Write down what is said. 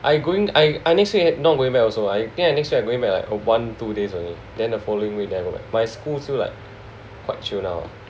I going I I next week not going back also I think next week I going back like one two days only then the following week then I go back my school still like quite chill now